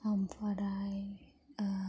ओमफ्राय